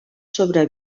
sobre